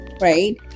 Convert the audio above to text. Right